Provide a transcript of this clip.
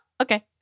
Okay